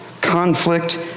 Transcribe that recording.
conflict